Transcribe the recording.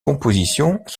compositions